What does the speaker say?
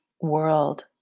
world